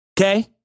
Okay